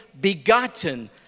begotten